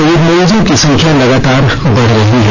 Covid मरीजों की संख्या लगातार बढ़ रही है